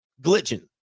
glitching